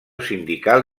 sindical